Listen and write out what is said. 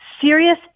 serious